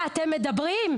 על מה אתם מדברים?